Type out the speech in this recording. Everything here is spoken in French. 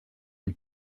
une